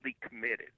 committed